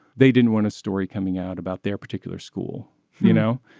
they didn't want a story coming out about their particular school you know.